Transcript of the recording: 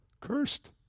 cursed